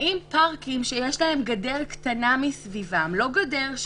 האם פארקים, שיש להם גדר קטנה מסביבם שמבדילה